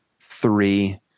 three